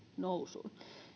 nousuun